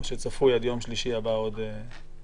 או שצפויות עד יום שלישי הבא עוד ישיבות?